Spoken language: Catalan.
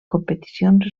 competicions